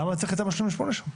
למה צריך את תמ"א 38 שם?